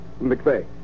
McVeigh